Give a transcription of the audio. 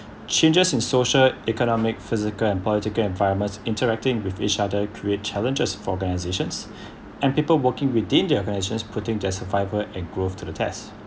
changes in social economic physical and political environment interacting with each other create challenges for organisations and people working within the organisations putting their survival and growth to the test